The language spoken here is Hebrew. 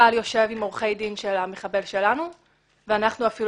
צה"ל יושב עם עורכי הדין של המחבל ואנחנו אפילו